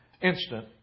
Instant